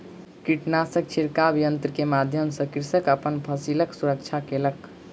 कीटनाशक छिड़काव यन्त्र के माध्यम सॅ कृषक अपन फसिलक सुरक्षा केलक